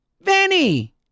Vanny